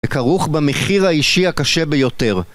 וכרוך במחיר האישי הקשה ביותר